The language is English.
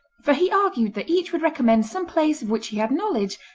for he argued that each would recommend some place of which he had knowledge,